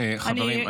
חברים,